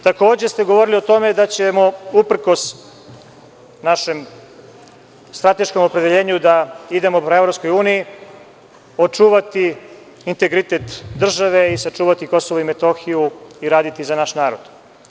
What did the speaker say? Takođe, govorili ste o tome da ćemo uprkos našem strateškom opredeljenju da idemo ka EU očuvati integritet države i sačuvati Kosovo i Metohiju i raditi za naš narod.